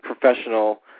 professional